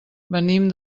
venim